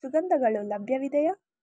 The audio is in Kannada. ಸುಗಂಧಗಳು ಲಭ್ಯವಿವೆಯ